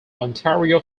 ontario